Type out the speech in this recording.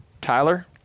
Tyler